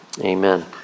Amen